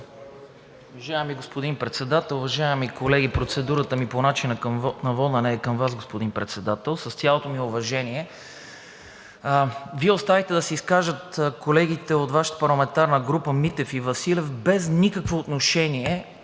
Уважаеми господин Председател, уважаеми колеги! Процедурата ми е по начина на водене към Вас, господин Председател. С цялото ми уважение, Вие оставихте да се изкажат колегите от Вашата парламентарна група – Митев и Василев, без никакво отношение